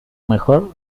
mejor